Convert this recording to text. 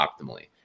optimally